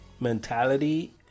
mentality